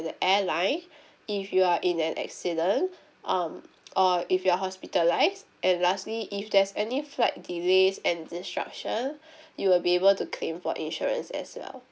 the airline if you are in an accident um uh if you're hospitalised and lastly if there's any flight delays and disruption you will be able to claim for insurance as well